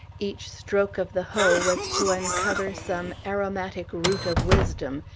each stroke of the hoe was to uncover some aromatic root of wisdom,